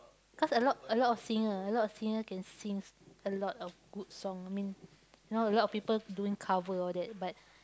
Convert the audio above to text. cause a lot a lot of singer a lot of singer can sing a lot of good song I mean know a lot of people doing cover and all that but